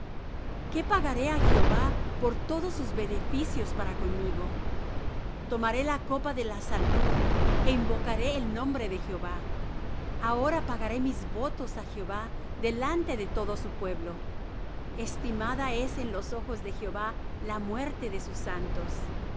qué pagaré á jehová por todos sus beneficios para conmigo tomaré la copa de la salud e invocaré el nombre de jehová ahora pagaré mis votos á jehová delante de todo su pueblo estimada es en los ojos de jehová la muerte de sus santos